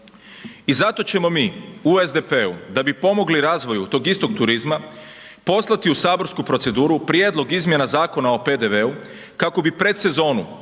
i zato ćemo mi u SDP-u da bi pomogli razvoju tog istog turizma, poslati u saborsku proceduru prijedlog izmjena Zakona o PDV-u kako bi predsezonu